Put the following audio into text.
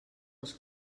els